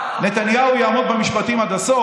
נתניהו יעמוד במשפטים עד הסוף.